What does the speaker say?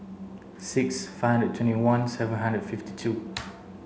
six five and twenty one seven hundred fifty two